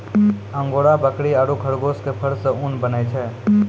angora बकरी आरो खरगोश के फर सॅ ऊन बनै छै